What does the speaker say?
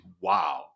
Wow